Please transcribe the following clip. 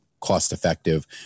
cost-effective